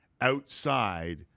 outside